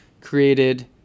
created